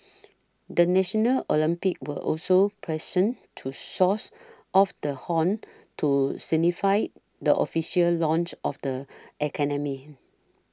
the national Olympians were also present to source off the horn to signify the official launch of the academy